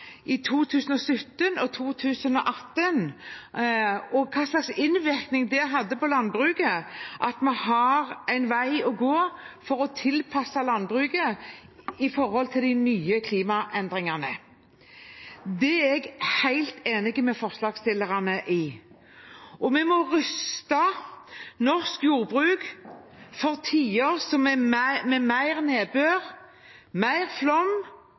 i 2017 og 2018 og hvilken innvirkning de hadde på landbruket, at vi har en vei å gå for å tilpasse landbruket til de nye klimaendringene. Det er jeg helt enig med forslagsstillerne i. Vi må ruste norsk jordbruk for tider med mer nedbør, mer flom